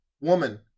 Woman